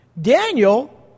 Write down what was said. Daniel